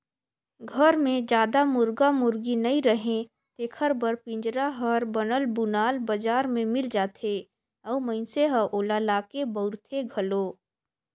घर मे जादा मुरगा मुरगी नइ रहें तेखर बर पिंजरा हर बनल बुनाल बजार में मिल जाथे अउ मइनसे ह ओला लाके बउरथे घलो